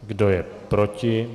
Kdo je proti?